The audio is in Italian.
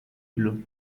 blu